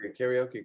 Karaoke